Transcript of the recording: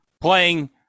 Playing